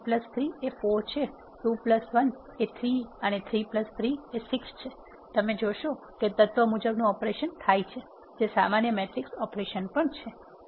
તેથી 1 3 એ 4 છે 2 1 એ 3 છે અને 3 3 એ 6 છે તમે જોશો કે તત્ત્વ મુજબનું ઓપરેશન થાય છે જે સામાન્ય મેટ્રિક્સ ઓપરેશન પણ છે